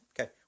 Okay